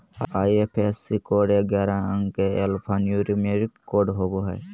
IFSC code ग्यारह अंक के एल्फान्यूमेरिक कोड होवो हय